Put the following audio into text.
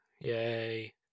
Yay